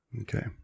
okay